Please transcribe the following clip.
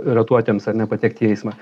ratuotiems ar nepatekti į eismą